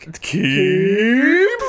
keep